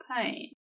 pain